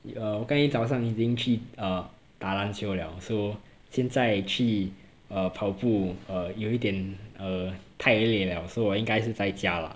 uh 我刚才早上已经去 err 打篮球了 so 现在去 uh 跑步 uh 有一点 uh 太累了所以我应该是在家了